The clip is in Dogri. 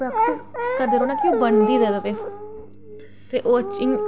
प्रैक्टिस करदे रौह्ना कि ओह् बनदी र'वै ते ओह्दे च